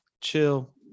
chill